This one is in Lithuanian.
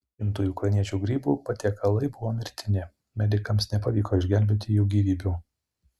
šimtui ukrainiečių grybų patiekalai buvo mirtini medikams nepavyko išgelbėti jų gyvybių